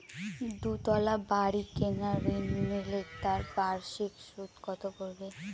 দুতলা বাড়ী কেনার ঋণ নিলে তার বার্ষিক সুদ কত পড়বে?